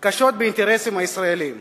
קשות באינטרסים הישראליים.